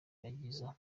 abayihakana